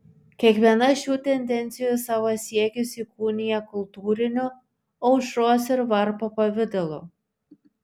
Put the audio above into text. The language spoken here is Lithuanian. kiekviena šių tendencijų savo siekius įkūnija kultūriniu aušros ir varpo pavidalu